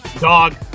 dog